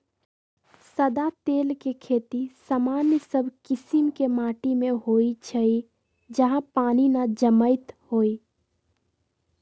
सदा तेल के खेती सामान्य सब कीशिम के माटि में होइ छइ जहा पानी न जमैत होय